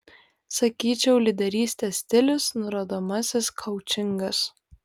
sakyčiau lyderystės stilius nurodomasis koučingas